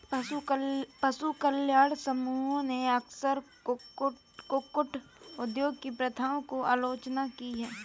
पशु कल्याण समूहों ने अक्सर कुक्कुट उद्योग की प्रथाओं की आलोचना की है